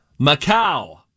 Macau